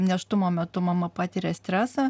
nėštumo metu mama patiria stresą